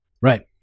Right